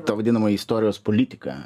ta vadinamoji istorijos politika